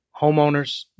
homeowners